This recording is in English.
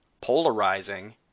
polarizing